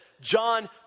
John